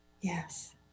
yes